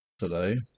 Today